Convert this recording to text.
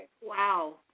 Wow